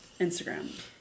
Instagram